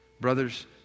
brothers